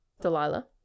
Delilah